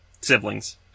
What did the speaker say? siblings